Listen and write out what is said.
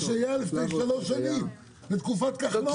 על מה שהיה לפני שלוש שנים, בתקופת כחלון.